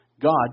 God